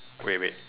wait wait